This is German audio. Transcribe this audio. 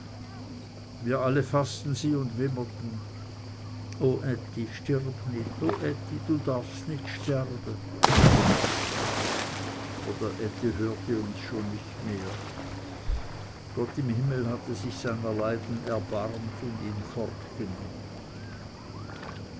wir alle faßten sie und wimmerten o ätti stirb nit o ätti du darfst nit sterbe aber der ätti hörte uns schon nicht mehr gott im himmel hatte sich seiner leiden erbarmt und ihn